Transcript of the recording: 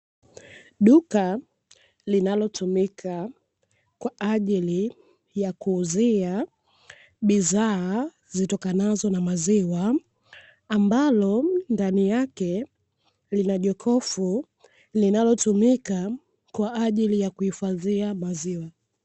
Duka linalotumika kwa ajili ya kuuzia bidhaa zitokanazo na maziwa, ambalo ndani yake lina jokofu linalotumika kwa ajili ya kihifadhia maziwa.